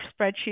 spreadsheet